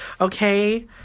okay